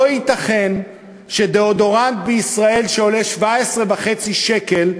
לא ייתכן שדאודורנט שעולה בישראל 17.5 שקל,